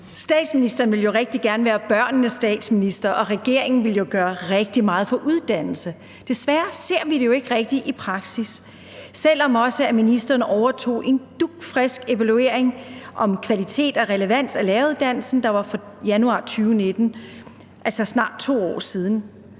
Statsministeren vil jo rigtig gerne være børnenes statsminister, og regeringen ville gøre rigtig meget for uddannelse. Desværre ser vi det jo ikke rigtig i praksis, selv om ministeren overtog en dugfrisk evaluering om kvalitet og relevans af læreruddannelsen, der var fra januar 2019, altså for snart 2 år siden.